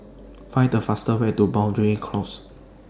Find The fastest Way to Boundary Close